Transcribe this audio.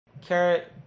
Carrot